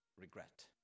regret